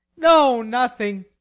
no, nothing!